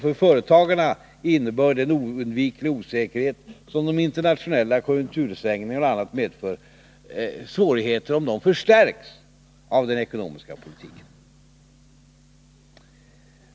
För företagarna innebär de internationella konjunktursvängningarna och annat en oundviklig osäkerhet. Svårigheterna för dem förstärks av den ekonomiska politiken.